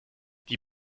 die